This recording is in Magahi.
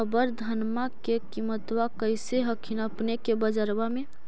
अबर धानमा के किमत्बा कैसन हखिन अपने के बजरबा में?